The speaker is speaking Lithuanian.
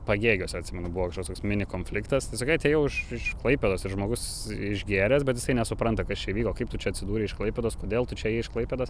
pagėgiuose atsimenu buvo kažkoks toks mini konfliktas tai sakai atėjau iš iš klaipėdos ir žmogus išgėręs bet jisai nesupranta kas čia įvyko kaip tu čia atsidūrei iš klaipėdos kodėl tu čia ėjai iš klaipėdos